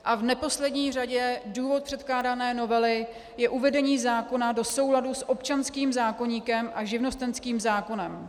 A v neposlední řadě důvod předkládané novely je uvedení zákona do souladu s občanských zákoníkem a živnostenským zákonem.